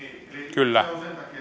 kyllä